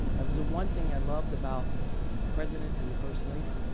that was the one thing i loved about the president and the first lady,